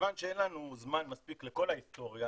כיוון שאין לנו זמן מספיק לכל ההיסטוריה,